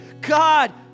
God